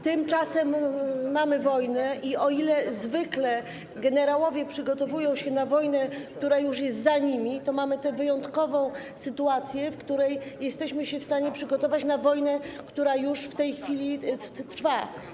Tymczasem mamy wojnę i o ile zwykle generałowie przygotowują się na wojnę, która już jest za nimi, to mamy tę wyjątkową sytuację, w której jesteśmy w stanie przygotować się na wojnę, która już w tej chwili trwa.